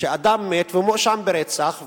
שאדם מת והוא מואשם ברצח?